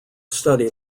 study